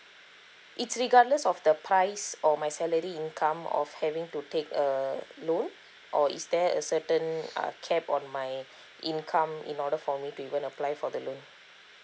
it's regardless of the price or my salary income of having to take a loan or is there a certain uh cap on my income in order for me to even apply for the loan